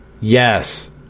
Yes